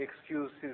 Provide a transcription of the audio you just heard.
excuses